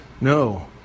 no